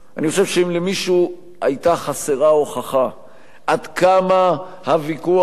אני חושב שאם למישהו היתה חסרה ההוכחה עד כמה הוויכוח